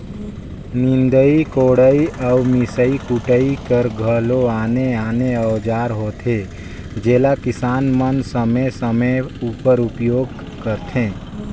निदई कोड़ई अउ मिसई कुटई कर घलो आने आने अउजार होथे जेला किसान मन समे समे उपर उपियोग करथे